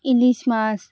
ইলিশ মাছ